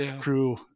crew